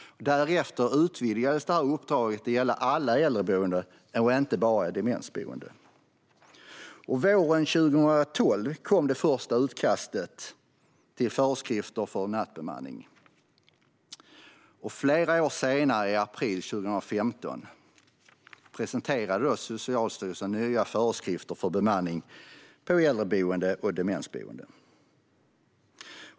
Därefter utvidgades uppdraget till att gälla alla äldreboenden, inte bara demensboenden. Våren 2012 kom det första utkastet till föreskrifter för nattbemanning. Flera år senare, i april 2015, presenterade Socialstyrelsen nya föreskrifter för bemanning på äldreboenden och demensboenden.